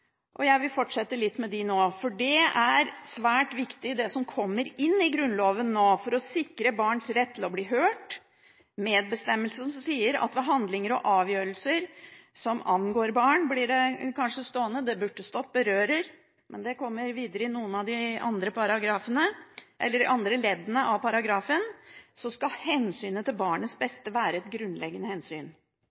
og jeg vil fortsette litt med dem nå. Det er svært viktig, det som kommer inn i Grunnloven nå for å sikre barns rett til å bli hørt, en medbestemmelse som sier at ved handlinger og avgjørelser som angår barn – «angår» blir kanskje stående, det burde stått «berører», men det kommer i noen av de andre leddene av paragrafen – skal hensynet til barnets beste være et grunnleggende hensyn.